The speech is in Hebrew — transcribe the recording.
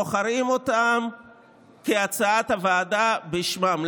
בוחרים אותם כהצעת הוועדה בשמם.